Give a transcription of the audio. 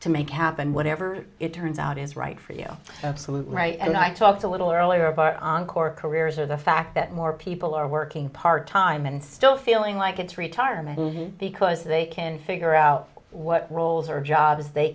to make it happen whatever it turns out is right for you absolutely right and i talked a little earlier about encore careers or the fact that more people are working part time and still feeling like it's retirement because they can figure out what roles or jobs they